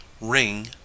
ring